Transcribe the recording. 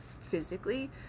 physically